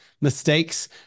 mistakes